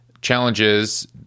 challenges